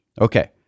Okay